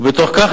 ובתוך כך,